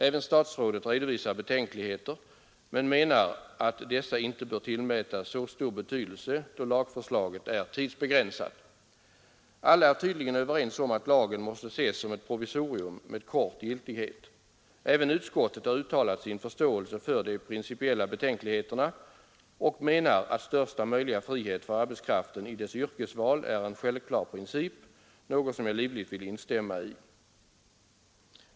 Även statsrådet redovisar betänkligheter men menar att dessa inte bör tillmätas så stor betydelse, då lagförslaget är tidsbegränsat. Alla är tydligen överens om att lagen måste ses som ett provisorium med kort giltighet. Även utskottet har uttalat sin förståelse för de principiella betänkligheterna och menar att största möjliga frihet för arbetskraften i dess yrkesval är en självklar princip, något som jag livligt vill instämma i.